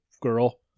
girl